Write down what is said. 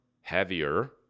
heavier